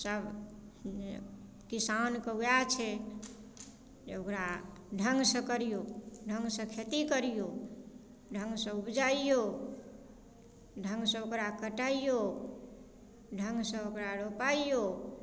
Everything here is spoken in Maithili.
सब किसान के वएह छै जे ओकरा ढङ्गसँ करियौ ढङ्गसँ खेती करियौ ढङ्गसँ उपजइयौ ढङ्गसँ ओकरा कटैयौ ढङ्गसँ ओकरा रोपैयौ